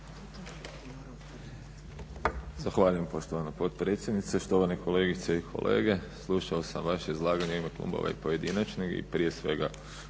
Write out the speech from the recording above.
Zahvaljujem poštovana potpredsjednice. Štovane kolegice i kolege. Slušao sam vaše izlaganje u ime klubova i pojedinačno i prije svega